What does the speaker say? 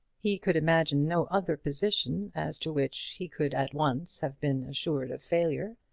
he could imagine no other position as to which he could at once have been assured of failure,